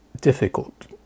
difficult